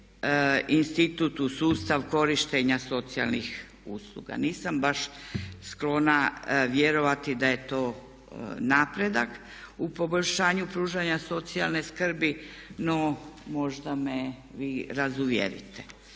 institut u sustav korištenja socijalnih usluga. Nisam baš sklona vjerovati da je to napredak u poboljšanju pružanja socijalne skrbi no možda me vi razuvjerite.